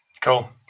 Cool